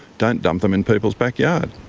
don't dump them in people's backyard.